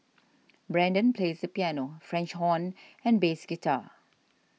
Brendan plays the piano French horn and bass guitar